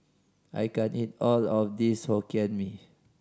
I can't eat all of this Hokkien Mee